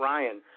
Ryan